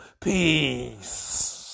Peace